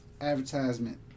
advertisement